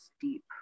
deep